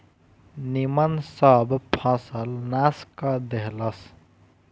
निमन सब फसल नाश क देहलस